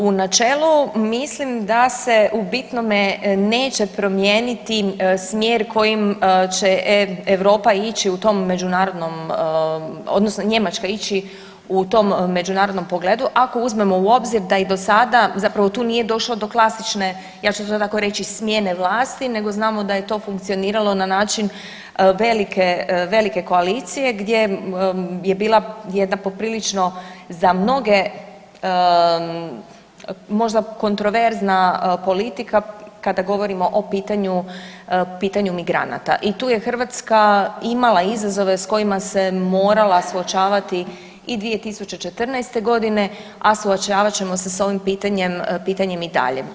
U načelu, mislim da se u bitno neće promijeniti smjer kojim će Europa ići u tom međunarodnom, odnosno Njemačka ići u tom međunarodnom pogledu, ako uzmemo u obzir da i do sada zapravo tu nije došlo do klasične, ja ću to tako reći smjene vlasti, nego znamo da je to funkcioniralo na način velike koalicije gdje je bila jedna poprilično za mnoge, možda kontroverzna politika, kada govorimo o pitanju migranata i tu je Hrvatska imala izazove s kojima se morala suočavati i 2014. godine, a suočavat ćemo se s ovim pitanjem i dalje.